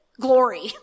glory